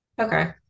Okay